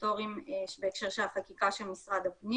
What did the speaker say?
הסטטוטוריים בהקשר של החקיקה של משרד הפנים,